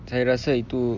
saya rasa itu